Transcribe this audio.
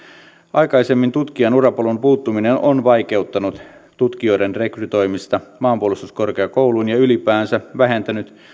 aikaisemmin tutkijan urapolun puuttuminen on vaikeuttanut tutkijoiden rekrytoimista maanpuolustuskorkeakouluun ja ylipäänsä vähentänyt